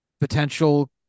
potential